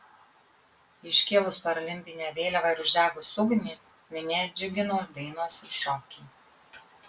iškėlus paralimpinę vėliavą ir uždegus ugnį minią džiugino dainos ir šokiai